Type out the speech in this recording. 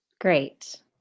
Great